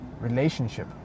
relationship